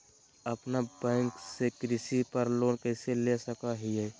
अपना बैंक से कृषि पर लोन कैसे ले सकअ हियई?